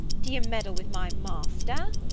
do you meddle with my master?